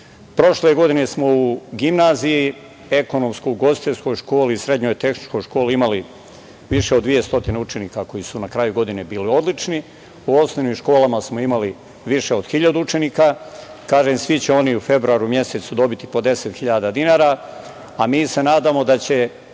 škola. Prošle godine smo u gimnaziji, ekonomsko-ugostiteljskoj školi, srednjoj tehničkoj školi imali više od 200 učenika koji su na kraju godine bili odlični. U osnovnim školama smo imali više od 1.000 učenika, kažem, svi će oni u februaru mesecu dobiti po 10.000 dinara, a mi se nadamo da će